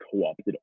co-opted